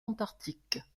antarctique